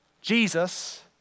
Jesus